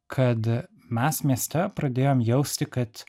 kad mes mieste pradėjom jausti kad